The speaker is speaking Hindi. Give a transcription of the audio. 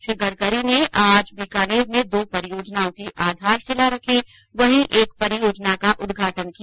श्री गडकरी ने आज बीकानेर में दो परियोजनाओं की आधारशिला रखीं वहीं एक परियोजना का उद्घाटन किया